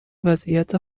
وضعیت